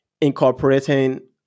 incorporating